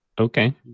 Okay